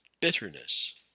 bitterness